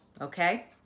Okay